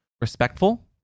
respectful